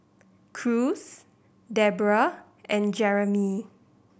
Cruz Debera and Jeremie